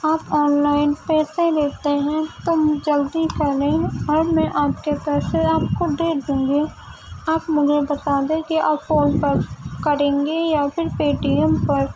آپ online پیسے لیتے ہیں تو جلدی کریں اور میں آپ کے پیسے آپ کو دے دوں گی آپ مجھے بتا دیں کہ آپ فون پر کریں گے یا پھر پے ٹی ایم پر